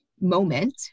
moment